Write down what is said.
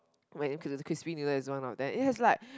when because the crispy noodles is one of them it has like